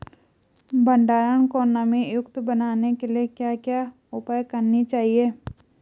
भंडारण को नमी युक्त बनाने के लिए क्या क्या उपाय करने चाहिए?